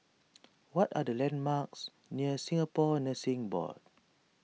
what are the landmarks near Singapore Nursing Board